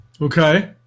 Okay